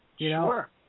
Sure